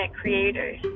creators